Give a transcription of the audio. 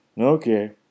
Okay